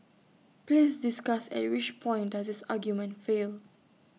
please discuss at which point does this argument fail